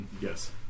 Yes